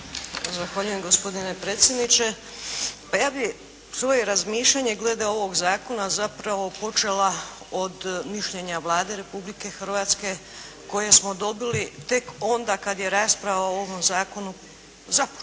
Zahvaljujem gospodine predsjedniče. Pa ja bih svoje razmišljanje glede ovog Zakona zapravo počela od mišljenja Vlade Republike Hrvatske koje smo dobili tek onda kad je rasprava o ovom Zakonu započela